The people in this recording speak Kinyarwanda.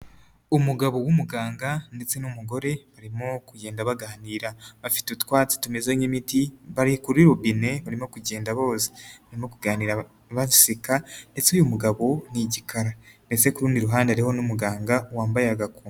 Umugabo w'umuganga ndetse n'umugore, barimo kugenda baganira, bafite utwatsi tumeze nk'imiti, bari kuri rubine, barimo kugenda boza, barimo kuganira baseka ndetse uyu mugabo ni igikara ndetse ku rundi ruhande hariho n'umuganga, wambaye agakomo.